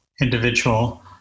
individual